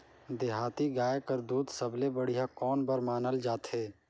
देहाती गाय कर दूध सबले बढ़िया कौन बर मानल जाथे?